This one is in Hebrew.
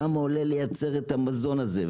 כמה עולה לייצר את המזון הזה,